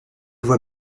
voix